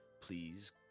please